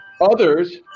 Others